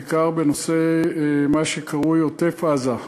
בעיקר בנושא מה שקרוי "עוטף עזה".